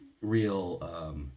real